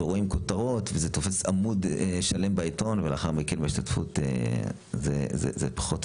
רואים כותרות וזה תופס עמוד שלם בעיתון ולאחר מכן ההשתתפות זה פחות,